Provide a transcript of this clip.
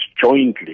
jointly